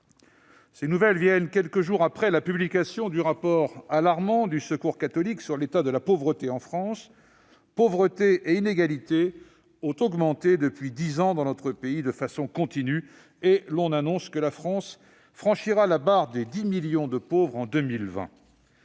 Ces nouvelles viennent quelques jours après la publication du rapport alarmant du Secours catholique sur l'état de la pauvreté en France : pauvreté et inégalités ont augmenté depuis dix ans dans notre pays, de façon continue, et l'on annonce que la France franchira la barre des 10 millions de pauvres en 2020.